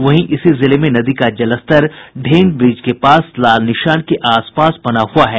वहीं इसी जिले में नदी का जलस्तर ढेंग ब्रिज के पास लाल निशान के आस पास बना हुआ है